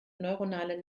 neuronale